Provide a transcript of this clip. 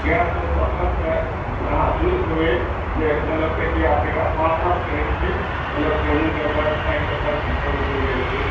gas के उपद्रव सॅं अहाँ सुनैत हेबै जे मतलब गेठिया जेकरा पांचवर्ष कहै छी मतलब ठेहुनके दर्द बाँहिके दर्द ई सब उखरि जाइ छै